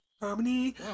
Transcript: Harmony